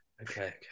Okay